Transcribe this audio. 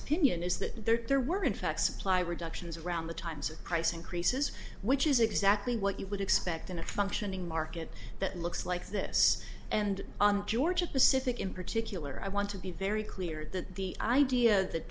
opinion is that there weren't facts apply reductions around the times of crisis increases which is exactly what you would expect in a functioning market that looks like this and georgia pacific in particular i want to be very clear that the idea that